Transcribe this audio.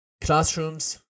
classrooms